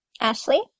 Ashley